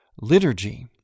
liturgy